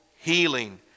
healing